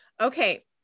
Okay